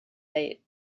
late